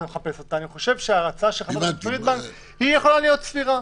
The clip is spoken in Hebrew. אני חושב שההצעה של חברת הכנסת פרידמן יכולה להיות סבירה.